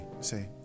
Say